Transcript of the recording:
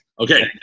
Okay